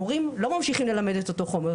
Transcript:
המורים לא ממשיכים ללמד את אותו חומר,